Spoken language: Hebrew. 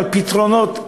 אבל פתרונות,